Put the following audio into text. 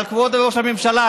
אבל כבוד ראש הממשלה,